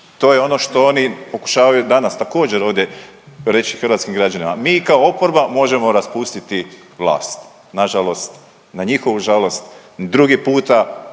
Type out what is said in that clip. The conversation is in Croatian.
to je ono što oni pokušavaju danas također ovdje reći hrvatskim građanima, mi kao oporba možemo raspustiti vlast. Nažalost, na njihovu žalost drugi puta